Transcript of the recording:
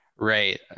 Right